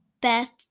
Beth